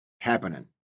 happening